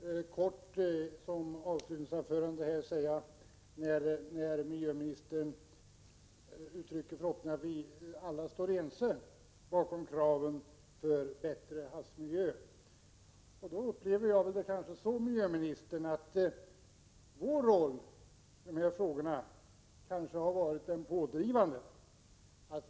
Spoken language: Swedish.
Herr talman! Jag skall mycket kort i mitt avslutande inlägg säga att när miljöministern uttrycker förhoppningen att vi alla står bakom kraven på en bättre havsmiljö upplever jag situationen så att vår roll i dessa frågor kanske har varit pådrivande.